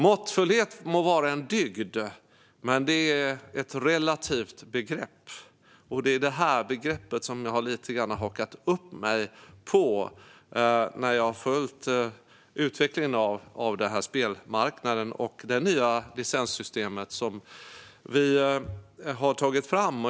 Måttfullhet må vara en dygd, men det är ett relativt begrepp. Det är också detta begrepp jag lite grann har hakat upp mig på när jag har följt utvecklingen av spelmarknaden och det nya licenssystem som vi har tagit fram.